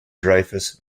dreyfus